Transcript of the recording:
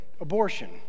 Abortion